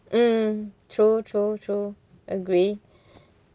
mm true true true agree